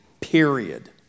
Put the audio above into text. period